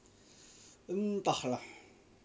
entah lah